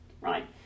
right